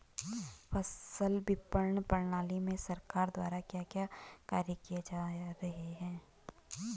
फसल विपणन प्रणाली में सरकार द्वारा क्या क्या कार्य किए जा रहे हैं?